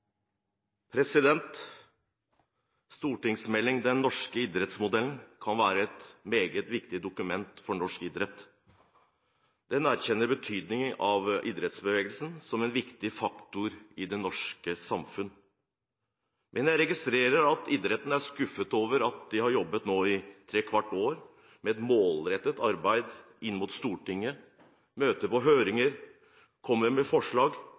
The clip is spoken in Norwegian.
Den norske idrettsmodellen kan være et meget viktig dokument for norsk idrett. Den erkjenner betydningen av idrettsbevegelsen som en viktig faktor i det norske samfunnet. Men jeg registrerer at idretten er skuffet over at man nå i trekvart år har jobbet målrettet inn mot Stortinget, møtt på høringer, kommet med forslag